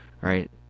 right